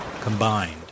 combined